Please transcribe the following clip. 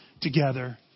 together